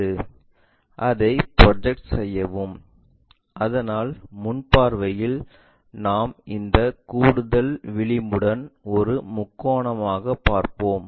அதை ப்ரொஜெக்ட் செய்யவும் அதனால் முன் பார்வையில் நாம் இந்த கூடுதல் விளிம்புடன் ஒரு முக்கோணமாக பார்ப்போம்